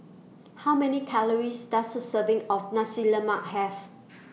How Many Calories Does A Serving of Nasi Lemak Have